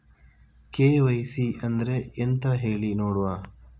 KYC ಅಂದ್ರೆ ಎಂತ ಹೇಳಿ ನೋಡುವ?